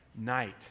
night